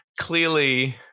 clearly